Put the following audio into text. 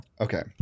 Okay